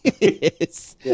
Yes